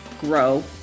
grow